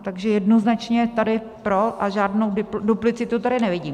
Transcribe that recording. Takže jednoznačně tady pro a žádnou duplicitu tady nevidím.